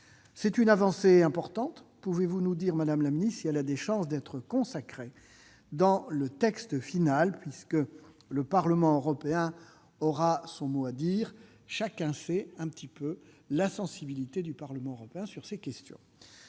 C'est une avancée importante : pouvez-vous nous dire, madame la secrétaire d'État, si elle a des chances d'être consacrée dans le texte final, puisque le Parlement européen aura son mot à dire ? Chacun sait la sensibilité de ce dernier à ces questions.